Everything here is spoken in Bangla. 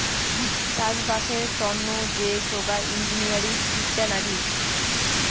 চাষবাসের তন্ন যে সোগায় ইঞ্জিনিয়ারিং বিদ্যা নাগি